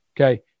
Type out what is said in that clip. Okay